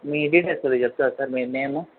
మీ details కొద్దిగ చెప్తారా sir మీ నేము